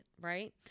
right